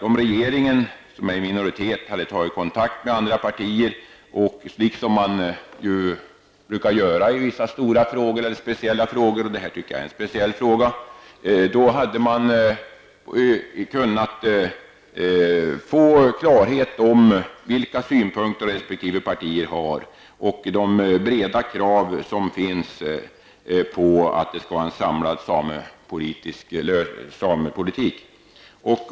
Om regeringen, som är i minoritet, hade tagit kontakt med andra partier, som man ju brukar göra i vissa stora och speciella frågor -- jag tycker att det här är en speciell fråga -- hade man kunnat få klarhet om vilka synpunkter resp. partier har och fått reda på de breda krav som finns på att det skall vara en samlad samepolitik.